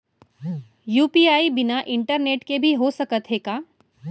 UPI बिना internet के भी हो सकत हे का?